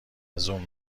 زوم